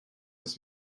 des